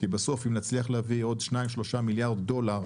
כי בסוף אם נצליח להביא עוד 2-3 מיליארד דולר,